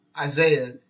Isaiah